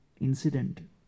incident